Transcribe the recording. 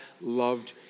loved